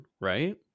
right